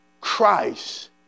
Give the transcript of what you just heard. Christ